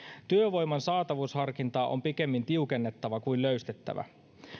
työvoiman saatavuusharkintaa on pikemminkin tiukennettava kuin löysennettävä